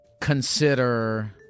consider